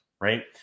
right